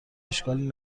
اشکالی